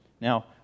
Now